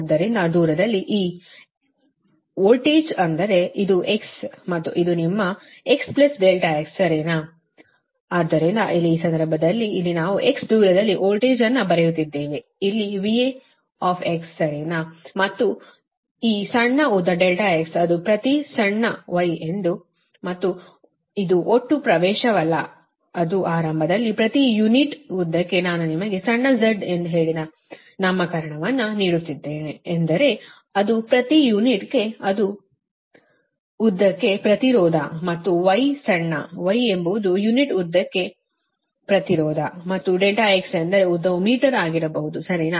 ಆದ್ದರಿಂದ ದೂರದಲ್ಲಿ x ಈ ವೋಲ್ಟೇಜ್ ಅಂದರೆ ಇದು x ಮತ್ತು ಇದು ನಿಮ್ಮ x ∆x ಸರಿನಾ ಆದ್ದರಿಂದ ಇಲ್ಲಿ ಈ ಸಂದರ್ಭದಲ್ಲಿ ಇಲ್ಲಿ ನಾವು x ದೂರದಲ್ಲಿ ವೋಲ್ಟೇಜ್ ಅನ್ನು ಬರೆಯುತ್ತಿದ್ದೇವೆ ಇಲ್ಲಿ V ಸರಿನಾ ಮತ್ತು ಈ ಸಣ್ಣ ಉದ್ದ ∆x ಗೆ ಅದು ಮತ್ತೆ ಸಣ್ಣ y ಎಂದು ಇದು ಒಟ್ಟು ಪ್ರವೇಶವಲ್ಲ ಅದು ಆರಂಭದಲ್ಲಿ ಪ್ರತಿ ಯೂನಿಟ್ ಉದ್ದಕ್ಕೆ ನಾನು ನಿಮಗೆ ಸಣ್ಣ z ಎಂದು ಹೇಳಿದ ನಾಮಕರಣವನ್ನು ನೀಡುತ್ತಿದ್ದೇನೆ ಎಂದರೆ ಅದು ಪ್ರತಿ ಯೂನಿಟ್ಗೆ ಅದು ಪ್ರತಿ ಯೂನಿಟ್ ಉದ್ದಕ್ಕೆ ಪ್ರತಿರೋಧ ಮತ್ತು y ಸಣ್ಣ y ಎಂಬುದು ಯುನಿಟ್ ಉದ್ದಕ್ಕೆ ಪ್ರತಿರೋಧ ಮತ್ತು ∆x ಎಂದರೆ ಉದ್ದವು ಮೀಟರ್ ಆಗಿರಬಹುದು ಸರಿನಾ